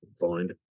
find